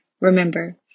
Remember